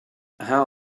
how